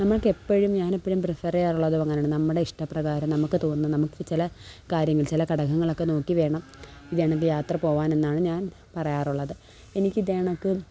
നമ്മൾക്കെപ്പോഴും ഞാനെപ്പോഴും പ്രിഫറ് ചെയ്യാറുള്ളത് അങ്ങനെയാണ് നമ്മുടെ ഇഷ്ടപ്രകാരം നമുക്ക് തോന്നുന്ന നമുക്ക് ചില കാര്യങ്ങൾ ചില ഘടകങ്ങളൊക്കെ നോക്കി വേണം ഇതു കണക്ക് യാത്ര പോവാനെന്നാണ് ഞാൻ പറയാറുള്ളത് എനിക്ക് ഇതു കണക്ക്